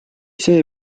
see